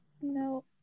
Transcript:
No